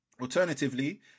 Alternatively